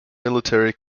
military